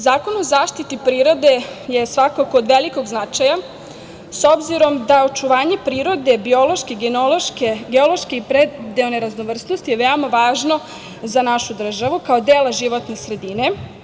Zakon o zaštiti prirode je svakako velikog značaja, s obzirom da očuvanje prirode biološke-geološko raznovrsnosti, veoma je važno za našu državu, kao dela životne sredine.